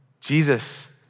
Jesus